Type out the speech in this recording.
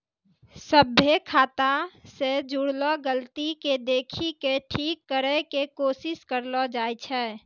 सभ्भे खाता से जुड़लो गलती के देखि के ठीक करै के कोशिश करलो जाय छै